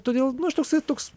todėl nu aš toksai toks